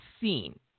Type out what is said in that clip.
seen